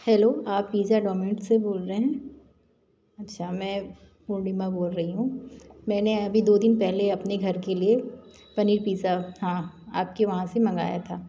hello आप pizza dominant से बोल रहे हैं अच्छा मैं पूर्णिमा बोल रही हूँ मैंने अभी दो दिन पहले अपने घर के लिए पनीर पीज़ा हाँ आप के वहाँ से मंगाया था